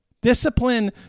discipline